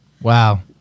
Wow